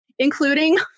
including